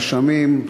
רשמים,